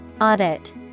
audit